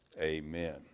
amen